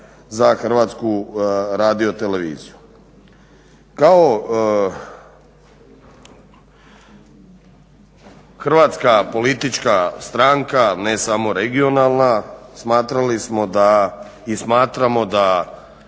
hrvatska politička stranka ne samo regionalna smatramo da vrlo